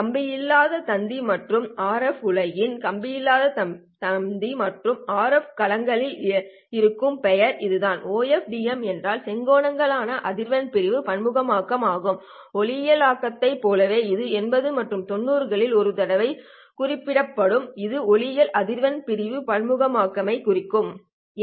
கம்பியில்லாத் தந்தி மற்றும் RF உலகில் கம்பியில்லாத் தந்தி மற்றும் RF களங்களில் இருக்கும் பெயர் இதுதான் OFDM என்றால் செங்கோணங்களாலான அதிர்வெண் பிரிவு பன்முகமாக்கம் ஆகும் ஒளியியல்களத்தை போலவே இது 80 மற்றும் 90 களில் ஒரு தடவை குறிக்கப்படுகிறது இது ஒளியியல் அதிர்வெண் பிரிவு பன்முகமாக்கமை குறிக்கிறது